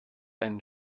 einen